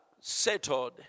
settled